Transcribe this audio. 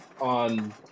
on